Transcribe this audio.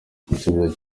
igisubizo